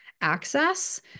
access